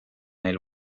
neil